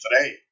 today